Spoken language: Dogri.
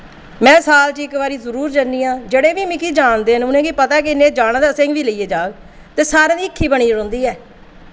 में साल च इक बारी जरूर जन्नी आं जेह्ड़े बी मिगी जानदे न उ'नें गी पता के इन्नै जाना ते असेंगी बी लेइयै जाग ते सारें दी हिक्खी बनी रौंह्दी ऐ